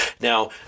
now